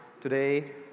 today